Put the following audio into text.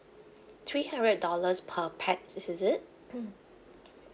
three hundred dollars per pax is it mm